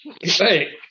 Hey